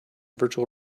virtual